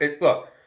look